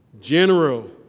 general